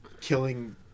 killing